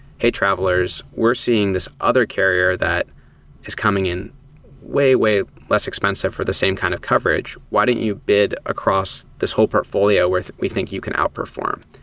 hey, travelers, we're seeing this other carrier that is coming in way, way less expensive for the same kind of coverage. why don't you bid across this whole portfolio where we think you can outperform?